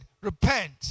repent